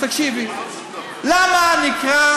אז תקשיבי.